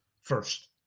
first